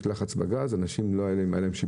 לחץ בגז ולאנשים לא היה איך להשתמש.